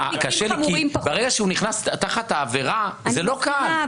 ברגע שהוא נכנס תחת העבירה, זה לא קל.